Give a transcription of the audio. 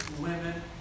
women